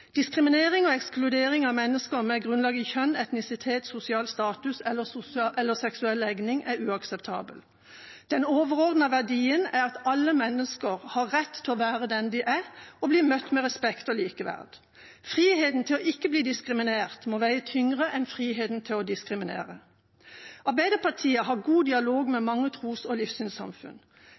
Diskriminering og ekskludering av mennesker med grunnlag i kjønn, etnisitet, sosial status eller seksuell legning er uakseptabelt. Den overordnede verdien er at alle mennesker har rett til å være den de er, og bli møtt med respekt og likeverd. Friheten til å ikke bli diskriminert må veie tyngre enn friheten til å diskriminere. Arbeiderpartiet har god dialog med mange tros- og livssynssamfunn.